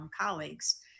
colleagues